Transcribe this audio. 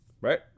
Right